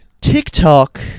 TikTok